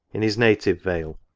in his native vale.